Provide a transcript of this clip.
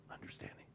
understanding